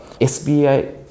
SBI